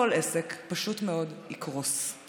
כל עסק פשוט מאוד יקרוס.